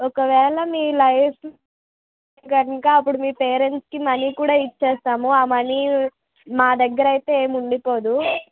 ఒకవేళ మీ లైఫ్ కనుక అపుడు మీ పేరెంట్స్కి మనీ కూడా ఇచ్చేస్తాము ఆ మనీ మా దగ్గర అయితే ఏమి ఉండిపోదు